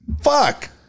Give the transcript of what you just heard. Fuck